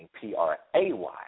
P-R-A-Y